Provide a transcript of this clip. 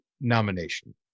nomination